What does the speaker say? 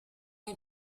you